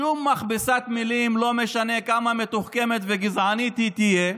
לא משנה כמה מתוחכמת וגזענית היא תהיה,